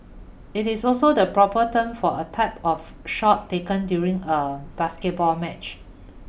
it is also the proper term for a type of shot taken during a basketball match